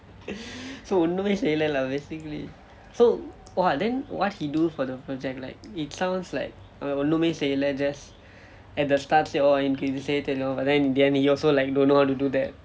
so ஒண்ணுமே செய்யல:onnume seyyala lah basically so !wah! then what he do for the project like it sounds like அவன் ஒண்ணுமே செய்யலே:avan onnume seyylae just at the start say oh எனக்கு இது செய்ய தெரியும்:enakku ithu seyya theriyum but then in the end he also like don't know how to do that